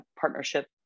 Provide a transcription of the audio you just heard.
partnership